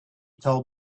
told